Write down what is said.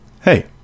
hey